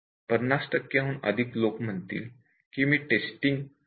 पन्नास टक्क्यांहून अधिक लोक म्हणतील की मी प्रोग्राम टेस्टिंग करत आहे